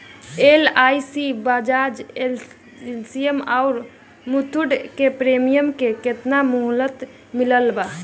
LIC Bajaj Allianz आउर मुथूट के premium के केतना मुहलत मिलल बा?